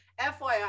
fyi